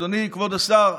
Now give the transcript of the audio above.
אדוני כבוד השר,